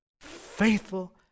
Faithful